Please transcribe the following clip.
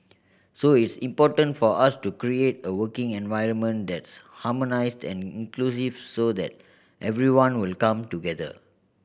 so it's important for us to create a working environment that's harmonised and inclusive so that everyone will come together